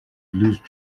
lose